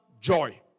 joy